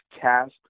Cast